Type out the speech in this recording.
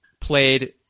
played